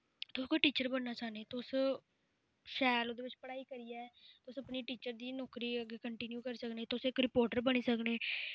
तुस कोई टीचर बनना चाह्न्ने तुस शैल उ'दे बिच्च पढ़ाई करियै तुस अपनी टीचर दी नौकरी अग्गै कंटिन्यू करी सकने तुस इक रिपोर्टर बनी सकने